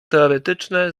teoretyczne